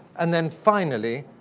and then finally,